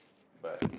but